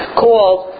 called